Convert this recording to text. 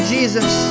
Jesus